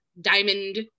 diamond